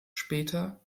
später